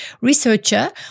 researcher